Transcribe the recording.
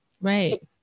right